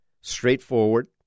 straightforward